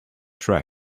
track